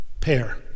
pair